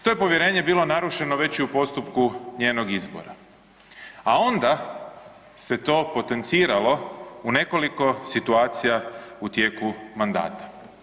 To je povjerenje bilo narušeno već i u postupku njenog izbora, a onda se to potenciralo u nekoliko situacija u tijeku mandata.